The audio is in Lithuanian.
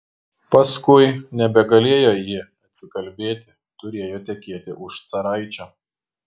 paskui nebegalėjo ji atsikalbėti turėjo tekėti už caraičio